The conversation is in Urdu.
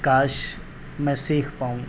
کاش میں سیکھ پاؤں